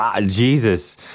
Jesus